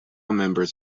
members